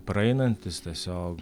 praeinantys tiesiog